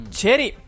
Cherry